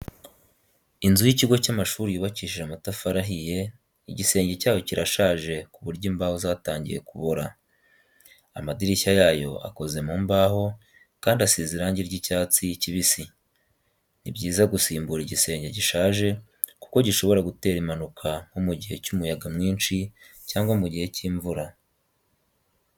Inzu y’ikigo cy’amashuri yubakishije amatafari ahiye, igisenge cyayo kirashaje ku buryo imbaho zatangiye kubora. Amadirishya yayo akoze mu mbaho kandi asize irangi ry’icyatsi kibisi. Ni byiza gusimbura igisenge gishaje kuko gishobora gutera impanuka nko mu gihe cy’umuyaga mwinshi cyangwa mu gihe cy’imvura.